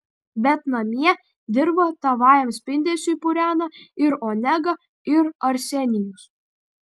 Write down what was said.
bet namie dirvą tavajam spindesiui purena ir onega ir arsenijus